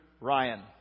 Ryan